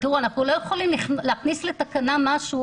אנחנו לא יכולים להכניס לתקנה משהו